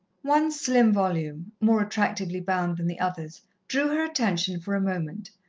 one slim volume, more attractively bound than the others, drew her attention for a moment,